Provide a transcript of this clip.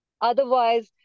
Otherwise